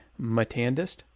Matandist